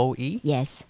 Yes